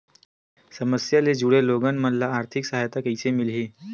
समस्या ले जुड़े लोगन मन ल आर्थिक सहायता कइसे मिलही?